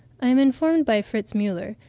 i am informed by fritz muller,